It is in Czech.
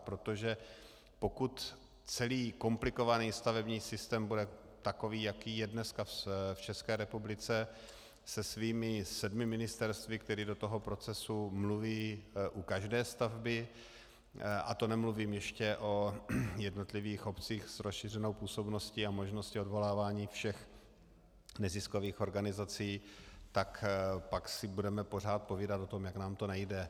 Protože pokud celý komplikovaný stavební systém bude takový, jaký je dneska v České republice se svými sedmi ministerstvy, která do toho procesu mluví u každé stavby, a to nemluvím ještě o jednotlivých obcích s rozšířenou působností a možnosti odvolávání všech neziskových organizací, tak pak si budeme pořád povídat o tom, jak nám to nejde.